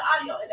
audio